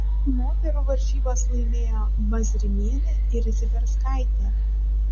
moterų varžybas laimėjo mazrimienė ir ziberkaitė